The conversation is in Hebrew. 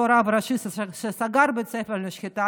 אותו רב ראשי שסגר בית ספר לשחיטה,